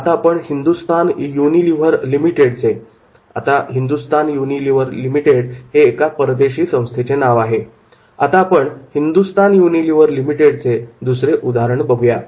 आता आपण हिंदुस्तान युनिलिव्हर लिमिटेडचे एका परदेशी संस्थेचे नाव दुसरे उदाहरण बघूया